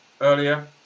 earlier